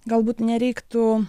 galbūt nereiktų